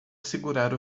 segurar